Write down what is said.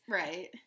right